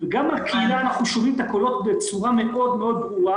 גם בקהילה אנחנו שומעים את הקולות בצורה מאוד מאוד ברורה,